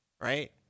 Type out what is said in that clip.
right